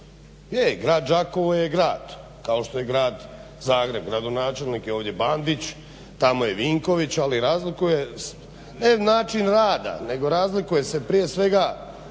je Grad Đakovo je grad, kao što je i Grad Zagreb. Gradonačelnik je ovdje Bandić, tamo je Vinković ali razlikuje se, ne način rada nego razlikuje se prije svega